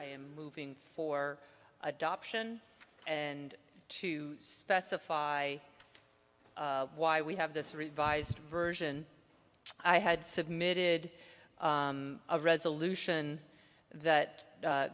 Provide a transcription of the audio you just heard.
i am moving for adoption and to specify why we have this revised version i had submitted a resolution that